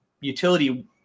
utility